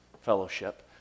fellowship